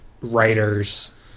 writers